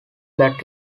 that